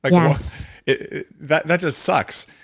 ah yes that that just sucks.